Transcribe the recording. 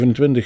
27